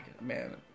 Man